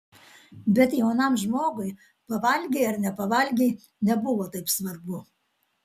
bet jaunam žmogui pavalgei ar nepavalgei nebuvo taip svarbu